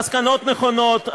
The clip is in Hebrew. מסקנות נכונות.